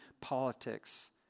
politics